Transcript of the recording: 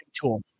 Tool